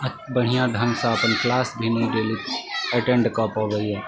बढ़िऑं ढंग सऽ अपन क्लास अटेंड कऽ पबै यऽ